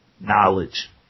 Knowledge